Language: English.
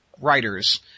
writers